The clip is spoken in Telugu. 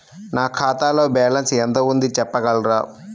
నా ఖాతాలో బ్యాలన్స్ ఎంత ఉంది చెప్పగలరా?